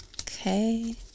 okay